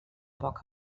poc